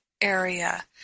area